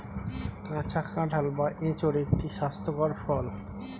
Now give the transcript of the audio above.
কাঁচা কাঁঠাল বা এঁচোড় একটি স্বাস্থ্যকর ফল